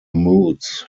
moods